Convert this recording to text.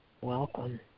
Welcome